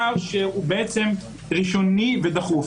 הדבר הראשוני והדחוף.